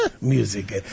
Music